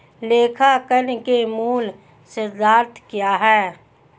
लेखांकन के मूल सिद्धांत क्या हैं?